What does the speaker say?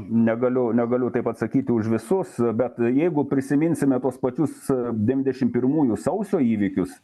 negaliu negaliu taip atsakyti už visus bet jeigu prisiminsime tuos pačius devyniasdešim pirmųjų sausio įvykius